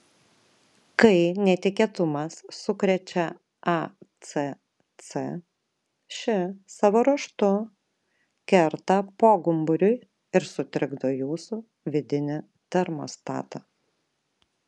kai netikėtumas sukrečia acc ši savo ruožtu kerta pogumburiui ir sutrikdo jūsų vidinį termostatą